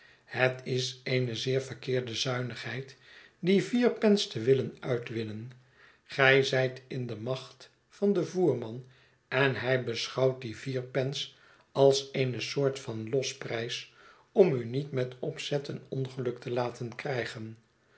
het is eene zeer verkeerde zuinigheid die vier pence tewillenuitwinnen gij zijt in de macht van den voerman en hij beschouwt die vier pence als eene soort van losprijs om u niet met opzet een ongeluk te laten krijgen